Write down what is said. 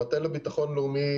המטה לביטחון לאומי